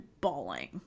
bawling